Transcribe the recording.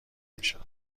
میشود